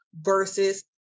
versus